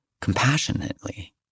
compassionately